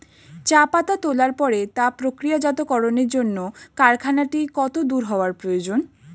চা পাতা তোলার পরে তা প্রক্রিয়াজাতকরণের জন্য কারখানাটি কত দূর হওয়ার প্রয়োজন?